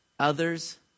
Others